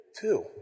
Two